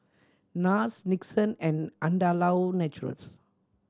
Nars Nixon and Andalou Naturals